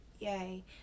yay